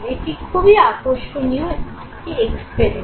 এটা খুবই আকর্ষণীয় এক্সপেরিমেন্ট